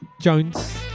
Jones